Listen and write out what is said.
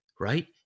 right